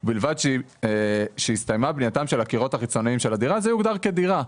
בלבד שהסתיימה בנייתם של הקירות החיצוניים של הדירה זה יוגדר כדירה.